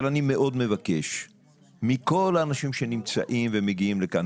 אבל אני מאוד מבקש מכל האנשים שנמצאים ומגיעים לכאן,